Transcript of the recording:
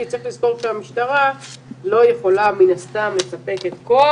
כי צריך לזכור שהמשטרה לא יכולה מן הסתם לספק את כל